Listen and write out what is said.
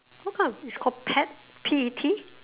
what kind of you call pet P E T